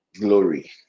glory